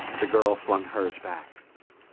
the girl flung hers back.